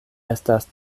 estas